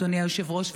אדוני היושב-ראש.